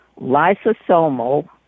lysosomal